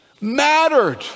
mattered